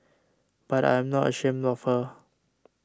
but I am not ashamed of her